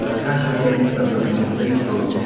ah casual games, but mostly on facebook,